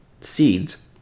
seeds